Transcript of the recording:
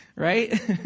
right